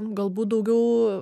galbūt daugiau